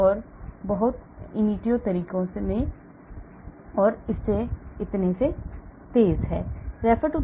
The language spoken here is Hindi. यह बहुत initio तरीकों और इतने से तेज है